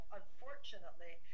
unfortunately